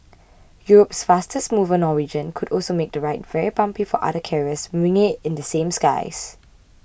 Europe's fastest mover Norwegian could also make the ride very bumpy for other carriers winging it in the same skies